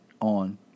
on